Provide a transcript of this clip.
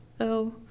-L